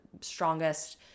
strongest